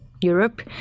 europe